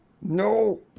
No